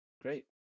Great